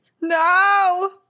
No